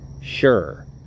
sure